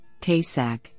TASAC